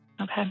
Okay